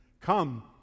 Come